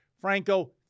Franco